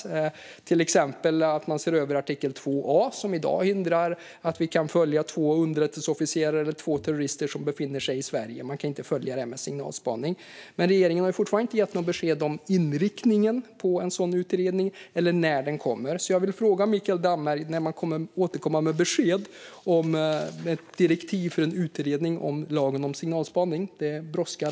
Det kan till exempel vara att man ser över 2 a §, som i dag hindrar oss från att följa två underrättelseofficerare eller två terrorister som befinner sig i Sverige. Man kan inte följa dem med signalspaning. Regeringen har dock fortfarande inte gett något besked om inriktningen på en sådan utredning eller om när den kommer. Jag vill därför fråga Mikael Damberg när man kommer att återkomma med besked om direktiv för en utredning av lagen om signalspaning. Det brådskar.